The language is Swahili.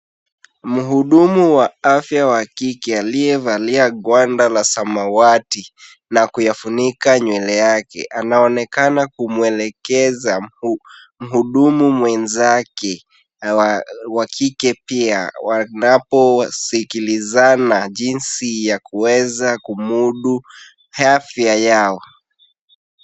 Mhudumu wa afya wa kike aliyevalia gwanda la samawati na kuyafunika nywele yake anaonekana kumwelekeza mhudumu mwenzake wa kike pia wanaposikilizana jinsi ya kuweza kumudu afya yao.